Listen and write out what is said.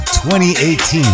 2018